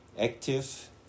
active